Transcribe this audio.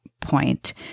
point